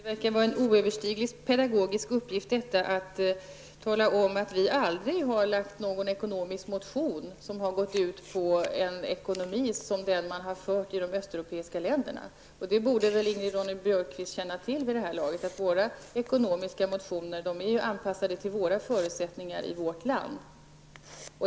Herr talman! Det verkar vara en oöverstiglig pedagogisk uppgift att tala om att vi aldrig har lagt fram någon ekonomisk motion som har gått ut på att få en ekonomi som den man har fört i de östeuropeiska länderna. Det borde Ingrid Ronne Björkqvist känna till vid det här laget. Våra ekonomiska motioner är anpassade till förutsättningarna i vårt land.